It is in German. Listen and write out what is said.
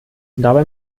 dabei